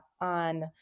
on